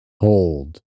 hold